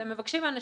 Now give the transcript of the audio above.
אתם מבקשים מאנשים